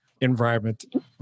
environment